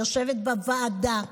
יושבת בוועדה,